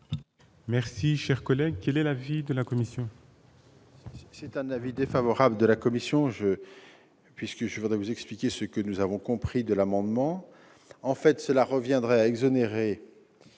par mes collègues. Quel est l'avis de la commission ?